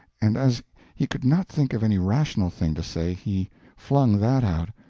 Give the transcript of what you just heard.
and as he could not think of any rational thing to say he flung that out.